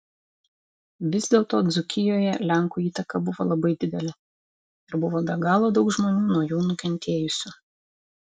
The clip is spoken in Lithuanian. vis dėlto dzūkijoje lenkų įtaka buvo labai didelė ir buvo be galo daug žmonių nuo jų nukentėjusių